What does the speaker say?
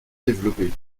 développées